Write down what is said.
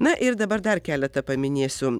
na ir dabar dar keletą paminėsiu